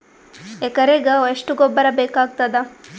ಎಕರೆಗ ಎಷ್ಟು ಗೊಬ್ಬರ ಬೇಕಾಗತಾದ?